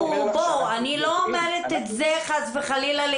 אני לא אומרת את זה חס וחלילה כדי